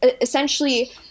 essentially